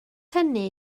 hynny